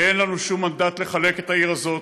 אין לנו שום מנדט לחלק את העיר הזאת.